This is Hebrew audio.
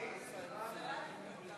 אולי יש לי איזו הפתעה.